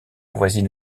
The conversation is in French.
avoisine